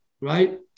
right